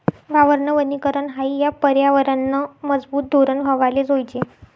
वावरनं वनीकरन हायी या परयावरनंनं मजबूत धोरन व्हवाले जोयजे